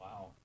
Wow